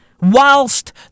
Whilst